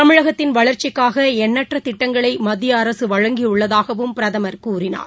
தமிழகத்தின் வளர்ச்சிக்காகஎண்ணற்றதிட்டங்களைமத்தியஅரசுவழங்கிஉள்ளதாகவும் பிரதமர் கூறினார்